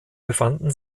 befanden